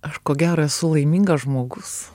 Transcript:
aš ko gero esu laimingas žmogus